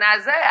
Isaiah